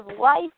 life